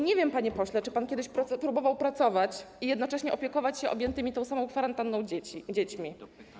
Nie wiem, panie pośle, czy pan kiedyś próbował pracować i jednocześnie opiekować się objętymi tą samą kwarantanną dziećmi.